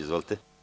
Izvolite.